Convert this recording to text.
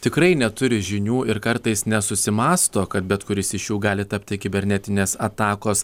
tikrai neturi žinių ir kartais nesusimąsto kad bet kuris iš jų gali tapti kibernetinės atakos